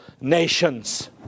nations